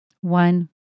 One